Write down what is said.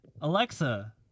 Alexa